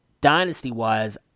Dynasty-wise